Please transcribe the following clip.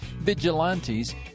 vigilantes